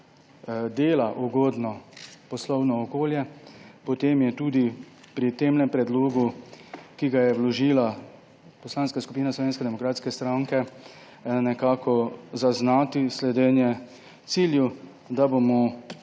dela ugodno poslovno okolje, potem je tudi pri temle predlogu, ki ga je vložila Poslanska skupina Slovenske demokratske stranke, zaznati sledenje cilju, da bomo